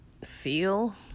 Feel